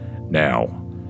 Now